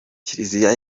kiliziya